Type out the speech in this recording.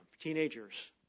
Teenagers